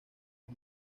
los